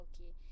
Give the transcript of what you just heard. okay